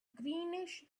greenish